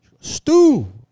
Stew